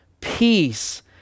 peace